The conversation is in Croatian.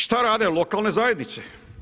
Šta rade lokalne zajednice?